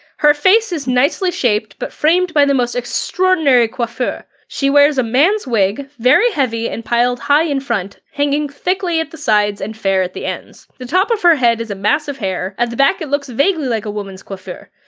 her face is nicely shaped but framed by the most extraordinary coiffure. she wears a man's wig, very heavy and piled high in front, hanging thickly at the sides and fair at the ends. the top of her head is a mass of hair, at the back it looks vaguely like a woman's coiffure.